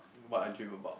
what I dream about